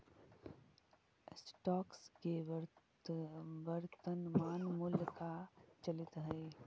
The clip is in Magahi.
स्टॉक्स के वर्तनमान मूल्य का चलित हइ